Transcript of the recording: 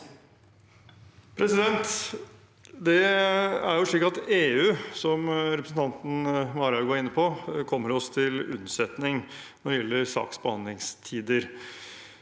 Det er slik at EU, slik representanten Marhaug var inne på, kommer oss til unnsetning når det gjelder saksbehandlingstider.